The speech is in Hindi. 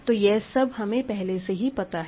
तो यह सब हमें पहले से ही पता है